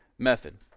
Method